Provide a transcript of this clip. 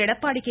Edappadi K